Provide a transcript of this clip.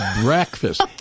breakfast